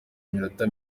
iminota